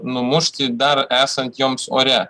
numušti dar esant joms ore